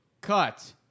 cut